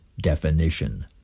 definition